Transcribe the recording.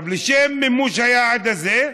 לשם מימוש היעד הזה,